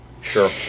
Sure